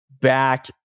back